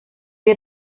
wir